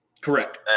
Correct